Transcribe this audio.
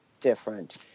different